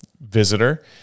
visitor